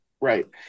Right